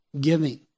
giving